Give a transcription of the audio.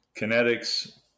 kinetics